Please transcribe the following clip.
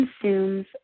Consumes